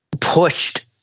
pushed